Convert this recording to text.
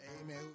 Amen